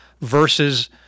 versus